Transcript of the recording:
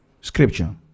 Scripture